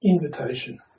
invitation